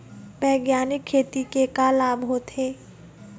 बैग्यानिक खेती के का लाभ होथे?